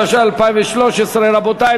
התשע"ג 2013. רבותי,